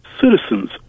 citizens